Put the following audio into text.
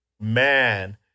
Man